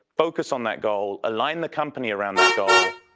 focus on that goal. align the company around that goal